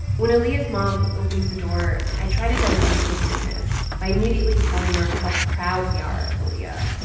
when aaliyah's mom opens the door, i try to dilute the weirdness by immediately telling her how proud we are of aaliyah,